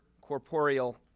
corporeal